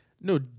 No